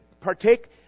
Partake